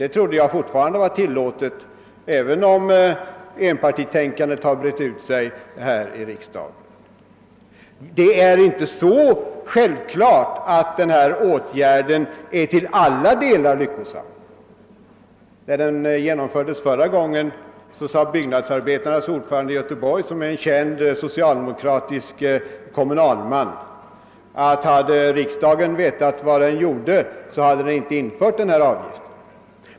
Det trodde jag fortfarande var tillåtet, även om enpartitänkandet brett ut sig här i riksdagen. Det är inte så självklart att denna åtgärd är till alla delar lyckosam. När denna avgift infördes förra gången sade byggnadsarbetarnas ordförande i Göteborg — en känd socialdemokratisk kommunalman — att hade riksdagen vetat vad den gjorde, så hade man inte infört denna avgift.